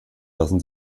lassen